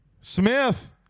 Smith